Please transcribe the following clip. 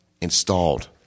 installed